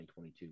2022